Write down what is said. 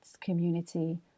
community